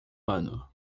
ano